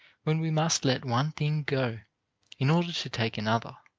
when we must let one thing go in order to take another.